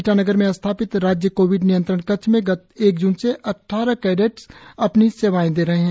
ईटानगर में स्थापित राज्य कोविड नियंत्रण कक्ष में गत एक जून से अद्वारह कैडेट्स अपनी सेवाए दे रहे हैं